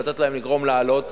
כדי שלא לגרום להם לעלות.